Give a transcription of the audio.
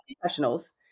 professionals